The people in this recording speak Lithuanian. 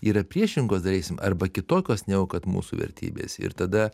yra priešingos daleiskim arba kitokios negu kad mūsų vertybės ir tada